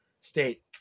state